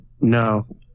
No